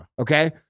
Okay